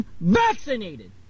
vaccinated